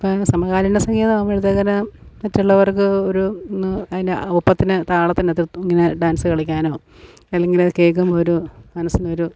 അപ്പോള് സമകാലീന സംഗീതമാകുമ്പഴ്ത്തേക്കിന് മറ്റുള്ളവർക്ക് ഒരു ഇന്ന് അതിൻ്റെ ഒപ്പത്തിന് താളത്തിനൊത്ത് ഇങ്ങനെ ഡാൻസ് കളിക്കാനോ അല്ലങ്കില് കേള്ക്കുമ്പോള് ഒരു മനസ്സിനൊരു